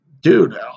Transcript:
dude